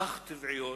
האך-טבעיות,